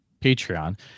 Patreon